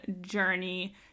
journey